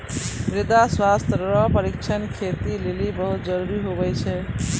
मृदा स्वास्थ्य रो परीक्षण खेती लेली बहुत जरूरी हुवै छै